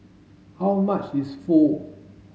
how much is Pho